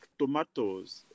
tomatoes